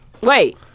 Wait